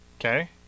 okay